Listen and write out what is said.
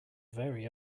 very